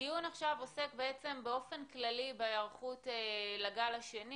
הדיון עכשיו עוסק באופן כללי בהיערכות לגל השני.